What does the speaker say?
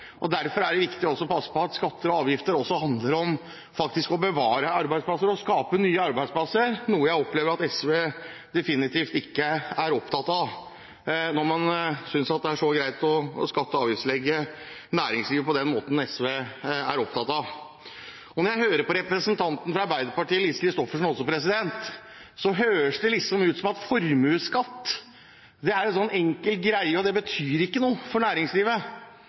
har. Derfor er det viktig å passe på skatter og avgifter, for det handler faktisk også om å bevare arbeidsplasser og skape nye arbeidsplasser – noe jeg opplever at SV definitivt ikke er opptatt av når man synes det er så greit å skatt- og avgiftslegge næringslivet på den måten SV vil. Når jeg hører på representanten fra Arbeiderpartiet, Lise Christoffersen, høres det ut som om formuesskatt er en sånn enkel greie, og at det ikke betyr noe for næringslivet.